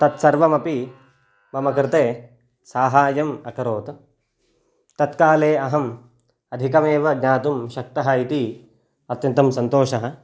तत्सर्वमपि मम कृते साहाय्यम् अकरोत् तत्काले अहम् अधिकमेव ज्ञातुं शक्तः इति अत्यन्तं सन्तोषः